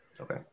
Okay